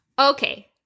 Okay